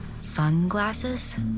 sunglasses